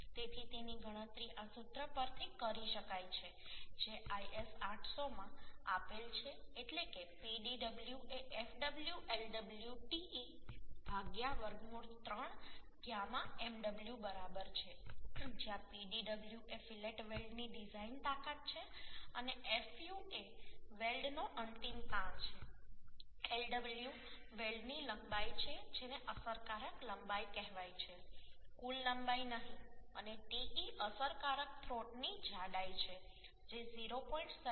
તેથી તેની ગણતરી આ સૂત્ર પરથી કરી શકાય છે જે IS 800 માં આપેલ છે એટલે કે Pdw એ fu Lw te વર્ગમૂળ 3 γ mw બરાબર છે જ્યાં Pdw એ ફિલેટ વેલ્ડની ડિઝાઇન તાકાત છે અને fu એ વેલ્ડ નો અંતિમ તાણ છે Lw વેલ્ડની લંબાઈ છે જેને અસરકારક લંબાઈ કહેવાય છે કુલ લંબાઈ નહીં અને te અસરકારક થ્રોટની જાડાઈ છે જે 0